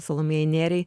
salomėjai nėriai